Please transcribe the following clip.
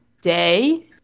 day